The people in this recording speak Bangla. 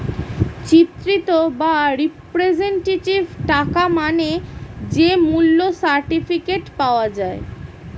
চিত্রিত বা রিপ্রেজেন্টেটিভ টাকা মানে যে মূল্য সার্টিফিকেট পাওয়া যায়